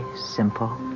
simple